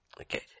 Okay